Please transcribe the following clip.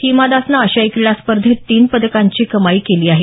हिमा दासनं आशियाई क्रीडा स्पर्धेत तीन पदकांची कमाई केली आहे